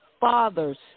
Father's